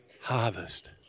harvest